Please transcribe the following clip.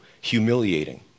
humiliating